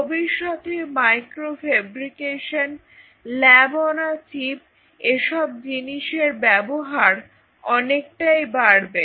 ভবিষ্যতে microfabrication lab on a chip এসব জিনিসের ব্যবহার অনেকটাই বাড়বে